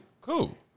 cool